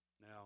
Now